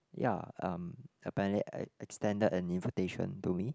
ya um apparently e~ extended a invitation to me